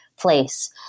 Place